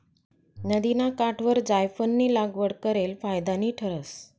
नदिना काठवर जायफयनी लागवड करेल फायदानी ठरस